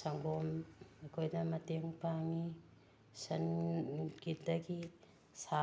ꯁꯪꯒꯣꯝ ꯑꯩꯈꯣꯏꯗ ꯃꯇꯦꯡ ꯄꯥꯡꯏ ꯁꯟꯒꯤꯗꯒꯤ ꯁꯥ